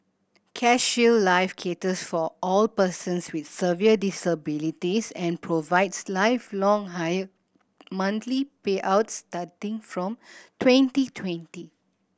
CareShield Life caters for all persons with severe disabilities and provides lifelong higher monthly payouts starting from twenty twenty